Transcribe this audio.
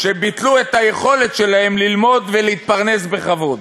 שביטלו את היכולת שלהם ללמוד ולהתפרנס בכבוד.